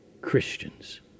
Christians